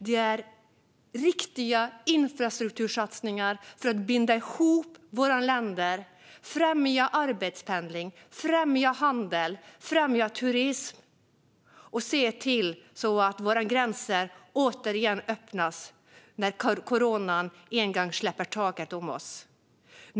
Det är viktiga infrastruktursatsningar för att binda ihop våra länder, främja arbetspendling, handel och turism och se till att våra gränser återigen öppnas när coronan en gång släpper taget om oss.